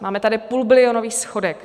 Máme tady půlbilionový schodek.